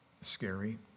scary